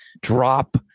drop